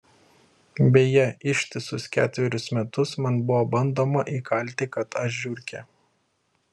beje ištisus ketverius metus man buvo bandoma įkalti kad aš žiurkė